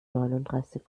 neununddreißig